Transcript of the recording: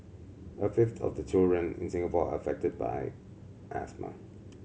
a fifth of the children in Singapore are affected by asthma